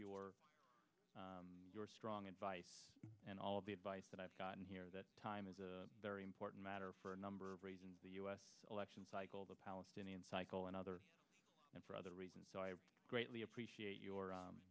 your your strong advice and all of the advice that i've gotten here that time is a very important matter for a number of reasons the u s election cycle the palestinian cycle and other and for other reasons so i greatly appreciate your